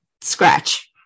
scratch